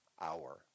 hour